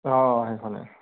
অঁ সেইখনেই